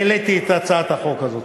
העליתי את הצעת החוק הזאת.